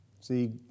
See